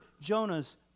Jonah's